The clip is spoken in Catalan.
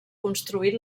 construït